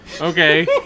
Okay